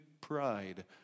pride